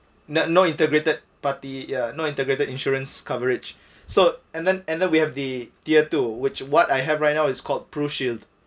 no no integrated party ya no integrated insurance coverage so and then and then we have the tier two which what I have right now is called pru shield